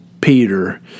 Peter